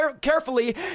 carefully